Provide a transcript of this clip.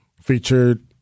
featured